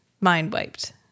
mind-wiped